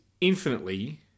infinitely